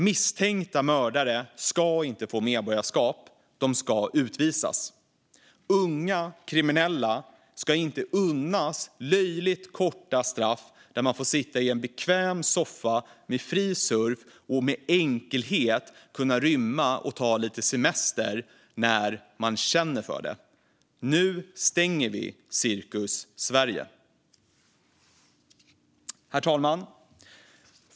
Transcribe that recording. Misstänkta mördare ska inte få medborgarskap - de ska utvisas. Unga kriminella ska inte unnas löjligt korta straff som innebär att man får sitta i en bekväm soffa med fri surf och med enkelhet kunna rymma och ta lite semester när man känner för det. Nu stänger vi Cirkus Sverige. Herr talman!